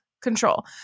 Control